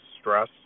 stress